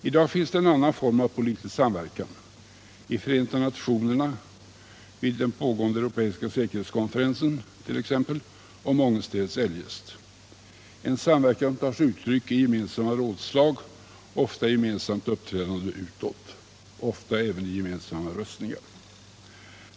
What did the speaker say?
I dag finns en annan form av nordisk politisk samverkan: t.ex. i Förenta nationerna, vid den pågående europeiska säkerhetskonferensen och mångenstädes eljest, en samverkan som tar sig uttryck i gemensamma rådslag, ofta i gemensamt uppträdande utåt och i gemensamma röstningar.